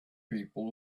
people